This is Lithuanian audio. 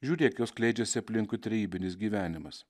žiūrėk jau skleidžiasi aplinkui trejybinis gyvenimas